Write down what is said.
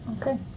Okay